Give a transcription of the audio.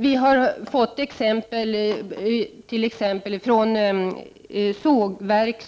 Vi har exempel från sågverk